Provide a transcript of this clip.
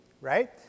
right